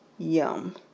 Yum